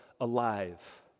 alive